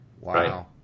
Wow